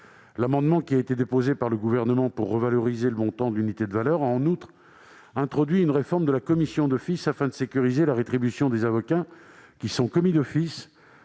L'amendement déposé par le Gouvernement pour revaloriser le montant de l'unité de valeur a en outre introduit une réforme de la commission d'office, afin de sécuriser la rétribution des avocats commis d'office